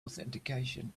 authentication